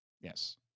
Yes